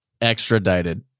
Extradited